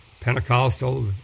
Pentecostal